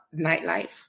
nightlife